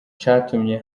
catumye